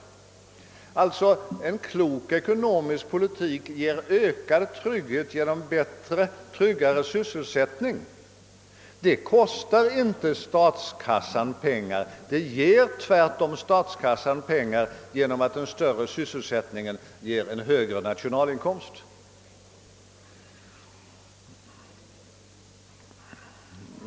En klok ekonomisk politik ger ökad trygghet genom den tryggare sysselsättningen. Det kostar inte statskassan pengar — det ger tvärtom statskassan pengar genom att den högre sysselsättningen ger högre nationalinkomst.